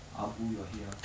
abu your head lah